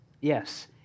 Yes